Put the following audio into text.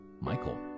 Michael